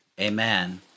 amen